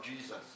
Jesus